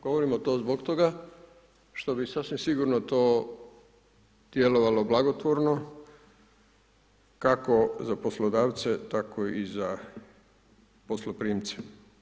Govorimo to zbog toga što bi sasvim sigurno to djelovalo blagotvorno kako za poslodavce tako i za posloprimce.